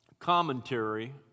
commentary